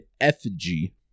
effigy